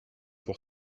pour